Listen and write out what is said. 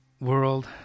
world